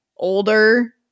older